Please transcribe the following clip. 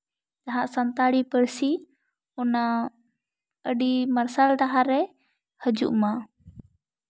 ᱡᱟᱦᱟᱸ ᱥᱟᱱᱛᱟᱲᱤ ᱯᱟᱹᱨᱥᱤ ᱚᱱᱟ ᱟᱹᱰᱤ ᱢᱟᱨᱥᱟᱞ ᱰᱟᱦᱟᱨᱮ ᱦᱤᱡᱩᱜ ᱢᱟ